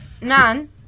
None